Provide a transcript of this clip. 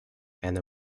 and